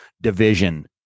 division